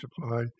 supply